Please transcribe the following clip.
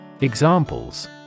Examples